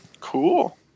Cool